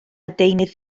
deunydd